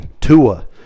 Tua